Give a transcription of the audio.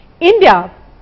India